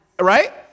right